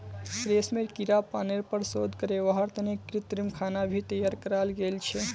रेशमेर कीड़ा पालनेर पर शोध करे वहार तने कृत्रिम खाना भी तैयार कराल गेल छे